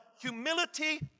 humility